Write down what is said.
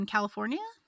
California